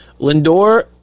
Lindor